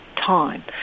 time